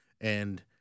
and-